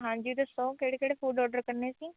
ਹਾਂਜੀ ਦੱਸੋ ਕਿਹੜੇ ਕਿਹੜੇ ਫੂਡ ਔਡਰ ਕਰਨੇ ਸੀ